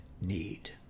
need